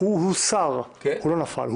הוא הוסר, הוא לא נפל.